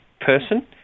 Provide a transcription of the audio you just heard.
person